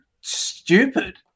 stupid